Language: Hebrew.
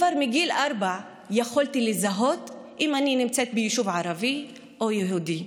כבר מגיל ארבע יכולתי לזהות אם אני נמצאת ביישוב ערבי או יהודי.